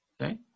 Okay